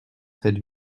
cette